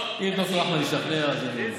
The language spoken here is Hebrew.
אם ד"ר אחמד השתכנע, אז אני יורד.